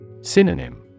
Synonym